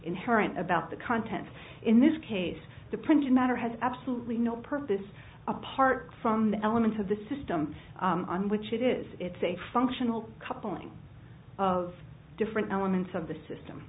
inherent about the contents in this case the printed matter has absolutely no purpose apart from the elements of the system on which it is it's a functional couple ing of different elements of the system